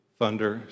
Thunder